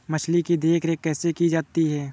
मछली की देखरेख कैसे की जाती है?